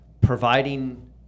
providing